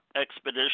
expedition